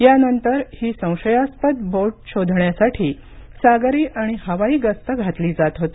यानंतर ही संशयास्पद बोट शोधण्यासाठी सागरी आणि हवाई गस्त घातली जात होती